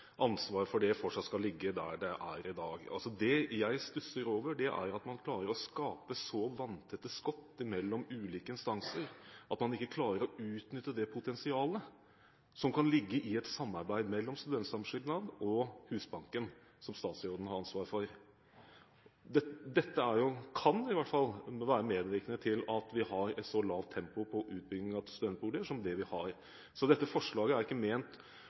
ansvaret for det fortsatt skal ligge der det er i dag. Det jeg stusser over, er at man klarer å skape så vanntette skott mellom ulike instanser at man ikke klarer å utnytte det potensialet som kan ligge i et samarbeid mellom Studentsamskipnaden og Husbanken, som statsråden har ansvar for. Dette er – kan i hvert fall være – medvirkende til at vi har et så lavt tempo på utbygging av studentboliger som det vi har. Så dette forslaget er ikke ment